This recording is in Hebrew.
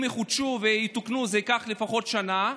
שאם הבניינים שלהם יחודשו ויתוקנו זה כנראה ייקח לפחות שנה,